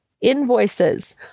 invoices